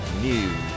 News